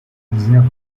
zéro